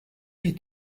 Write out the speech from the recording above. dir